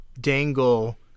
dangle